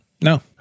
No